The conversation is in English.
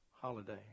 holiday